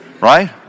Right